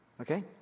okay